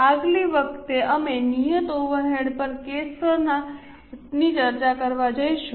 આગલી વખતે અમે નિયત ઓવરહેડ્સ પરના કેસોની ચર્ચા કરવા જઈશું